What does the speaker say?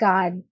God